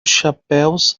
chapéus